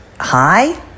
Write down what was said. hi